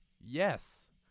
Yes